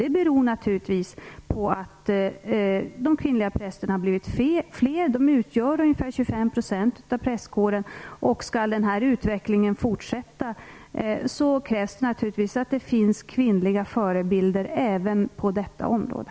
Det beror naturligtvis på att de kvinnliga prästerna har blivit fler. De utgör ungefär 25 % av prästkåren. Om denna utveckling fortsätter krävs det naturligtvis kvinnliga förebilder även på detta område.